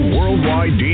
Worldwide